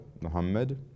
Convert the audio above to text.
Muhammad